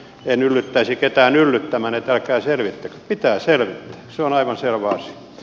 en yllyttäisi ketään yllyttämään että älkää selvittäkö pitää selvittää se on aivan selvä asia